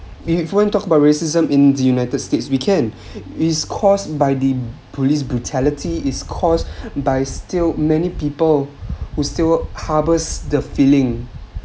and if you want to talk about racism in the united states we can is caused by the police brutality is caused by still many people who still harbours the feeling